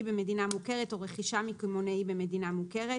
במדינה מוכרת או רכישה מקמעונאי במדינה מוכרת,